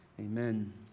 Amen